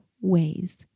ways